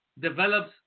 develops